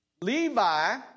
Levi